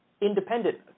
Independent